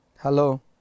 Hello